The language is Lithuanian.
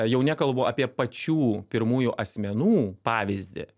jau nekalbu apie pačių pirmųjų asmenų pavyzdį